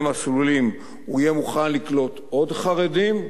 מסלולים הוא יהיה מוכן לקלוט עוד חרדים.